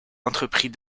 entreprit